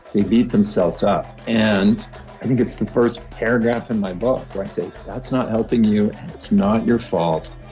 they beat themselves up. and i think it's the first paragraph in my book where i say, that's not helping you and it's not your fault,